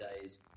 days